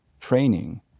training